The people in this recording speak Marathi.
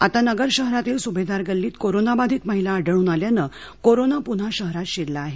आता नगर शहरातील सुभेदार गल्लीत कोरोनाबाधित महिला आढळून आल्यानं कोरोना आता पुन्हा शहरात शिरला आहे